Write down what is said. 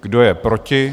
Kdo je proti?